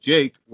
Jake